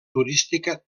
turística